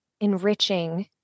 enriching